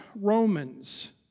Romans